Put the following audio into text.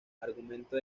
argumento